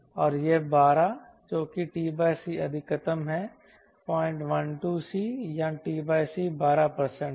और यह 12 जो कि t c अधिकतम है 012 c या t c 12 है